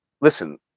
listen